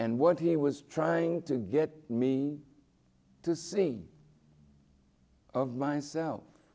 and what he was trying to get me to see of myself